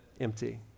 empty